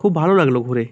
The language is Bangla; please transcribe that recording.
খুব ভালো লাগলো ঘুরে